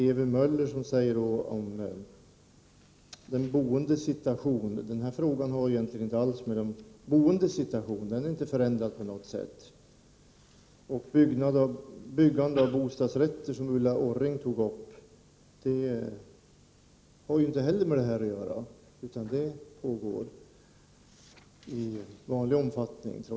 Ewy Möller nämner den boendes situation. Den nuvarande frågan har inte med den boendes situation att göra. Frågan är inte förändrad på något sätt. Ulla Orring tog upp byggande av bostadsrätter. Det har inte heller med 109 den här frågan att göra. Byggandet pågår i vanlig omfattning.